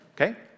Okay